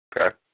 Okay